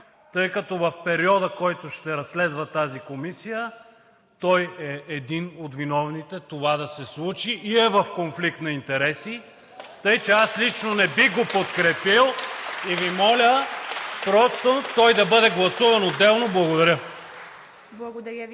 тъй като в периода, който ще разследва тази комисия, той е един от виновните това да се случи и е в конфликт на интереси (ръкопляскания от ИТН и ИБГНИ), тъй че аз лично не бих го подкрепил и Ви моля просто той да бъде гласуван отделно. Благодаря.